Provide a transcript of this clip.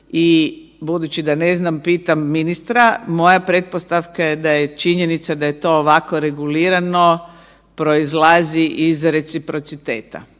i budući da ne znam, pitam ministra, moja pretpostavka je da je činjenica da je to ovako regulirano, proizlazi iz reciprociteta.